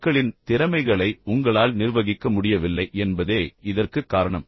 மக்களின் திறமைகளை உங்களால் நிர்வகிக்க முடியவில்லை என்பதே இதற்குக் காரணம்